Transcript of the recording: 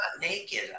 naked